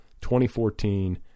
2014